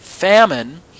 Famine